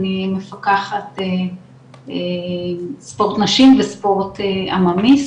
אני מפקחת ספורט נשים וספורט עממי,